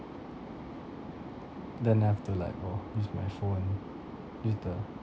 then have to like oh use my phone use the